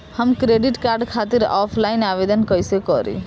हम credit card खातिर offline आवेदन कइसे करि?